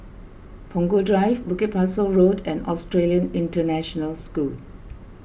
Punggol Drive Bukit Pasoh Road and Australian International School